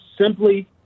simply